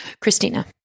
Christina